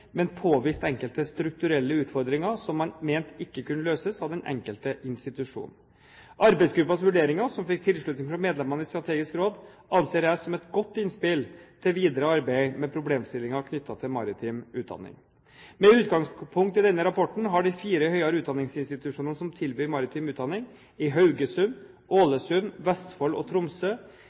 men påviste enkelte strukturelle utfordringer som man mente ikke kunne løses av den enkelte institusjon. Arbeidsgruppens vurderinger, som fikk tilslutning fra medlemmene i Strategisk råd, anser jeg som et godt innspill til videre arbeid med problemstillinger knyttet til maritim utdanning. Med utgangspunkt i denne rapporten har de fire høyere utdanningsinstitusjonene som tilbyr maritim utdanning, i Haugesund, Ålesund, Vestfold og Tromsø